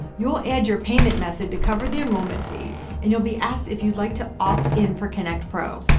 you'll add your payment method to cover the enrollment fee and you'll be asked if you'd like to opt in for kynect pro.